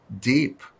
deep